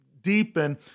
deepen